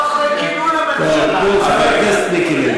אדוני, אין בעיה בשינוי, זה לגיטימי בדמוקרטיה.